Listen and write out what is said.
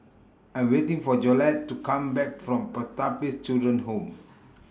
I'm waiting For Jolette to Come Back from Pertapis Children Home